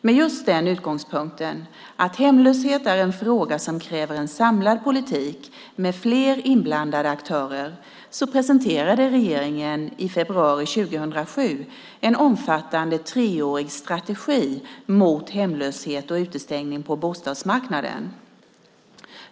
Med just den utgångspunkten att hemlöshet är en fråga som kräver en samlad politik med fler inblandade aktörer, presenterade regeringen i februari 2007 en omfattande treårig strategi mot hemlöshet och utestängning på bostadsmarknaden.